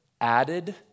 added